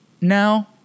now